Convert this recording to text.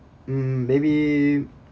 um maybe